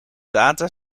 data